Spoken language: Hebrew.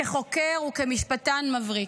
כחוקר וכמשפטן מבריק".